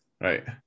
Right